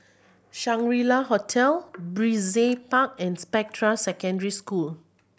Shangri La Hotel Brizay Park and Spectra Secondary School